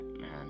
man